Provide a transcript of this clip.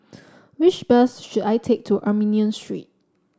which bus should I take to Armenian Street